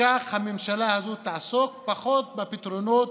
כך הממשלה הזאת תעסוק פחות בפתרונות